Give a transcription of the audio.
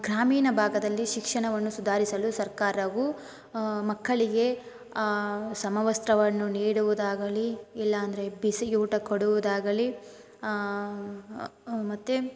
ಗ್ರಾಮೀಣ ಭಾಗದಲ್ಲಿ ಶಿಕ್ಷಣವನ್ನು ಸುಧಾರಿಸಲು ಸರ್ಕಾರವು ಮಕ್ಕಳಿಗೆ ಸಮವಸ್ತ್ರವನ್ನು ನೀಡುವುದಾಗಲೀ ಇಲ್ಲ ಅಂದರೆ ಬಿಸಿಯೂಟ ಕೊಡುವುದಾಗಲೀ ಮತ್ತು